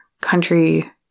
country